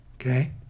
Okay